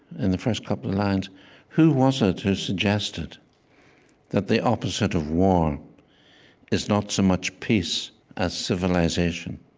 in the first couple of lines who was it who suggested that the opposite of war is not so much peace as civilization?